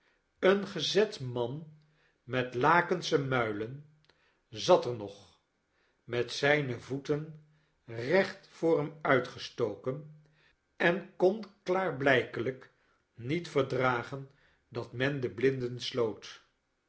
een gezet man met lakensche muilen zat er nog met zijne voeten recht voor hem uitgestoken en kon klaarbliikelijk niet verdragen dat men de blinden sloot